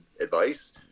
advice